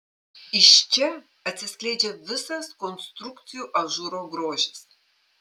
iš čia atsiskleidžia visas konstrukcijų ažūro grožis